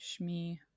shmi